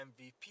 MVP